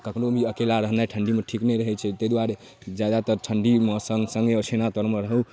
कखनो भी अकेला रहनाइ ठण्डीमे ठीक नहि रहै छै ताहि दुआरे जादातर ठण्डीमे ओछैना तरमे रहू